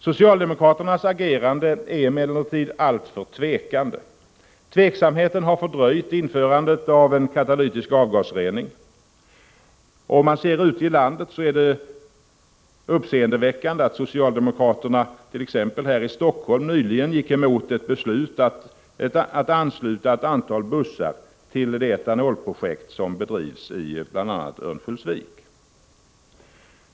Socialdemokraternas agerande är emellertid alltför tvekande. Tveksamheten har fördröjt införandet av katalytisk avgasrening. Och det är uppseendeväckande att socialdemokraterna i Helsingfors nyligen gick emot ett beslut att ansluta ett antal bussar till det etanolprojekt som bedrivs i bl.a. Örnsköldsvik.